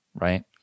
right